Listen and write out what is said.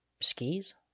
skis